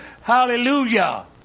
Hallelujah